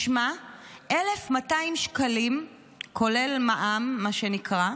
משמע, 1,200 שקלים כולל מע"מ, מה שנקרא,